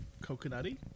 coconutty